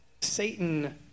Satan